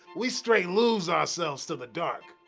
we straight lose ourselves to the dark.